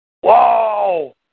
Whoa